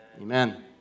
amen